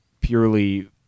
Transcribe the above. purely